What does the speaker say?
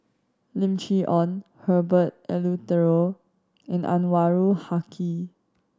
Lim Chee Onn Herbert Eleuterio and Anwarul Haque